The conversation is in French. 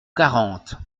quarante